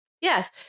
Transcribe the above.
yes